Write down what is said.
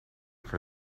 for